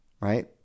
right